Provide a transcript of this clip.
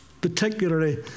particularly